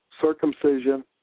circumcision